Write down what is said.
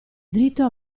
dritto